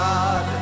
God